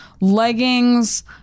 leggings